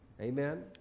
Amen